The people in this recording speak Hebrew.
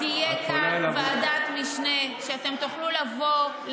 תהיה כאן ועדת משנה שאתם תוכלו לבוא,